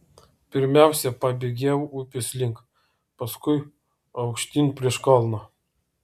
pirmiausia pabėgėjau upės link paskui aukštyn prieš kalną